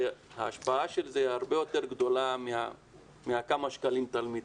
ההשפעה של זה הרבה יותר גדולה מכמה שקלים לתלמיד.